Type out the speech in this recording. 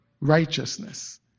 righteousness